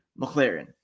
McLaren